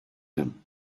them